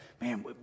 Man